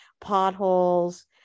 potholes